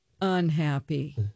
unhappy